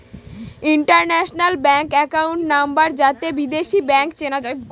international bank account number যাতে বিদেশী ব্যাঙ্ক চেনা যায়